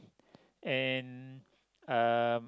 and uh